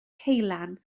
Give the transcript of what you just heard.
ceulan